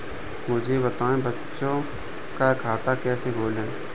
मुझे बताएँ बच्चों का खाता कैसे खोलें?